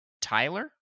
tyler